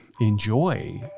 enjoy